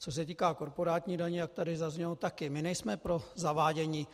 Co se týká korporátní daně, jak tady zaznělo, my nejsme pro zavádění.